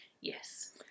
Yes